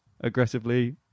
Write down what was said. aggressively